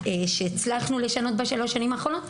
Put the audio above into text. שהצלחנו לשנות בשלוש השנים האחרונות.